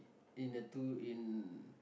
in the two in